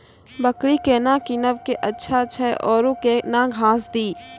बकरी केना कीनब केअचछ छ औरू के न घास दी?